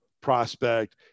prospect